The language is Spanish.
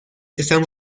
están